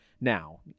now